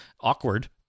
awkward